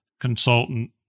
consultant